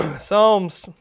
Psalms